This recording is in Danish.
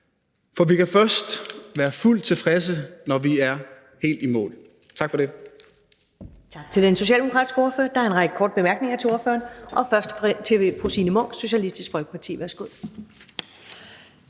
for vi kan først være fuldt tilfredse, når vi er helt i mål. Tak for det.